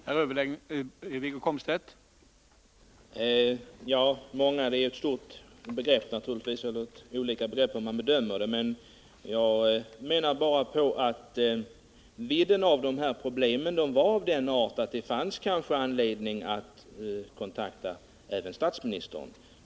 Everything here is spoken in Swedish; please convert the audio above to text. Herr talman! Jordbruksministern talar om många statsråd, och det är naturligtvis en bedömningsfråga, men enligt min mening har de här problemen den vidden att det kanske fanns anledning att kontakta även statsministern.